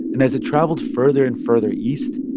and as it travelled further and further east,